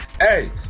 Hey